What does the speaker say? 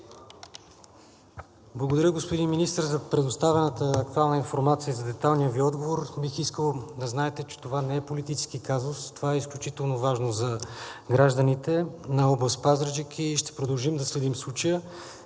Благодаря, господин Министър, за предоставената актуална информация и за детайлния Ви отговор. Бих искал да знаете, че това не е политически казус. Това е изключително важно за гражданите на област Пазарджик и ще продължим да следим случая